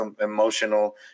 emotional